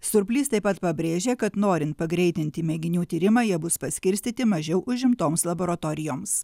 surplys taip pat pabrėžė kad norint pagreitinti mėginių tyrimą jie bus paskirstyti mažiau užimtoms laboratorijoms